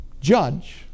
judge